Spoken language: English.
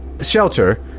shelter